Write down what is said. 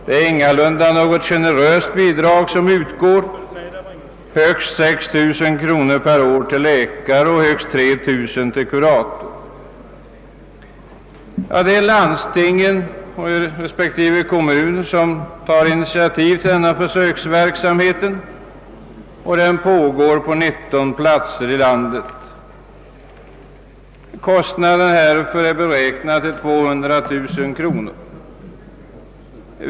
Det är ingalunda några generöst tilltagna bidrag som utgår: högst 6 000 Det är landsting och respektive kommun som tar initiativ till denna försöksverksamhet som pågår på 19 platser i landet. Kostnaderna härför är beräknade till 200 000 kronor.